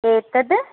एतद्